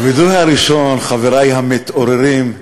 הווידוי הראשון, חברי המתעוררים,